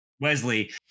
Wesley